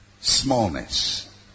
Smallness